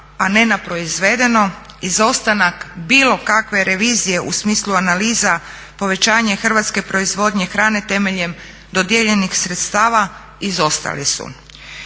a ne na proizvedeno, izostanak bilo kakve revizije u smislu analiza povećanja hrvatske proizvodnje hrane temeljem dodijeljenih sredstava izostali su.